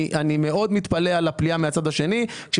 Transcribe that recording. אני מאוד מתפלא על הפליאה מהצד השני כאשר